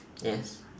yes